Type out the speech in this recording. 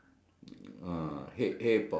the pig is it is it a pigeon